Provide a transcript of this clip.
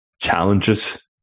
challenges